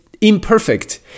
imperfect